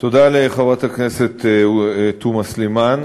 תודה לחברת הכנסת תומא סלימאן.